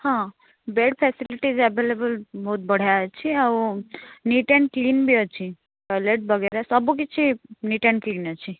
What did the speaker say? ହଁ bed facilities available ବହୁତ ବଢ଼ିଆ ଅଛି ଆଉ ନୀଟ୍ ଆଣ୍ଡ କ୍ଲିନ୍ ବି ଅଛି ଟୟଲେଟ୍ ବଗିରା ସବୁକିଛି ନୀଟ୍ ଆଣ୍ଡ କ୍ଲିନ୍ ଅଛି